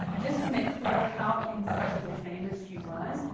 just to make clear how incredibly famous she was,